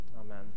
Amen